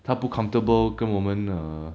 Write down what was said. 他不 comfortable 跟我们 err